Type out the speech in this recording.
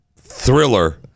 thriller